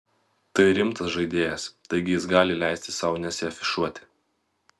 tai rimtas žaidėjas taigi jis gali leisti sau nesiafišuoti